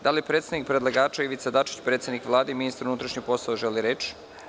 Da li predstavnik predlagača Ivica Dačić, predsednik Vlade i ministar unutrašnjih poslova želi reč?